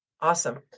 Awesome